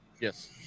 Yes